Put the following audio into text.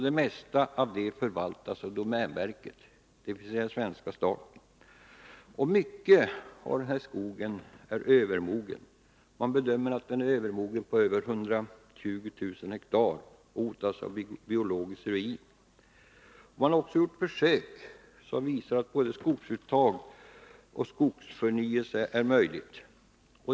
Det mesta av detta förvaltas av domänverket, dvs. den svenska staten. Mycket av denna skog — över 120000 hektar — bedöms vara övermogen och hotas av biologisk ruin. Man har också gjort försök som visar att både skogsuttag och skogsförnyelse är möjliga.